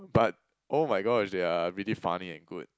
but oh my gosh they are really funny and good